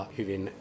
hyvin